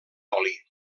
oli